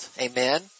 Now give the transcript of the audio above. Amen